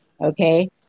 okay